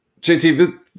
JT